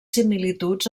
similituds